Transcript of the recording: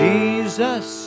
Jesus